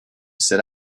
sit